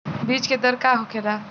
बीज के दर का होखेला?